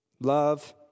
Love